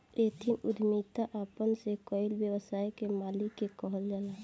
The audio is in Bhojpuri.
एथनिक उद्यमिता अपना से कईल व्यवसाय के मालिक के कहल जाला